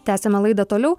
tęsiame laidą toliau